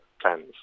plans